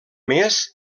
més